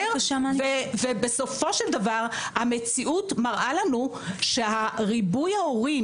הם יודעים לאתר ובסופו של דבר המציאות מראה לנו שהריבוי ההורים